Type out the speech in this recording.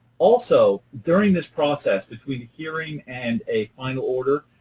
also, during this process, between the hearing and a final order,